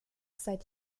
seit